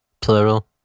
plural